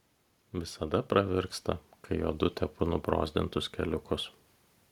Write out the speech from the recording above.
visada pravirksta kai jodu tepu nubrozdintus keliukus